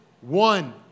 One